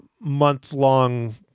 month-long